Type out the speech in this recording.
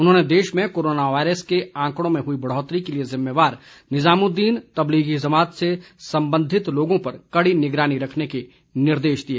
उन्होंने देश में कोरोना वायरस के आंकड़ों में हुई बढ़ौतरी के लिए जिम्मेवार निजामुदीन तब्लीगी ज़मात से संबंधित लोगों पर कड़ी निगरानी रखने के निर्देश दिए